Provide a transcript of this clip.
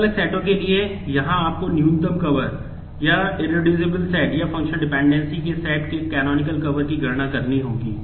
अलग अलग सेटों की गणना करनी होगी